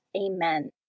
Amen